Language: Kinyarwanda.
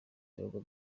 drogba